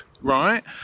Right